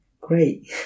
great